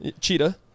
Cheetah